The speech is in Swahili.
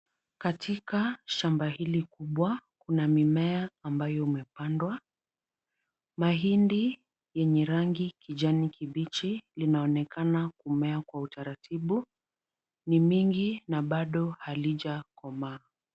Katika shamba hili kubwa kuna mimea ambayo imepandwa. Mahindi yenye rangi kijani kibichi linaonekana kumea kwa utaratibu, ni mingi na bado halijakomaa.